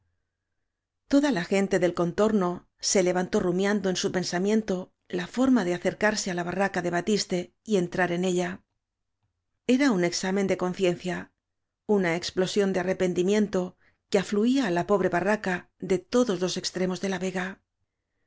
toda la gente del contorno se levantó rumiando en su pensamiento la forma de acer carse á la barraca de batiste y entrar en ella era un examen de conciencia una explosión de arrepentimiento que afluía á la pobre ba rraca de todos los extremos ele la vega